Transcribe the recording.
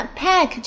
pack